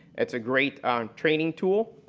it's a great training tool